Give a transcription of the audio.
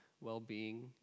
well-being